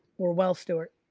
we're well, stewart.